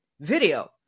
video